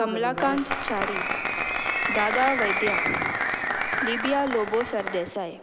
Kamalakant Chari Dada Vaidya Libia Lobo Sardesai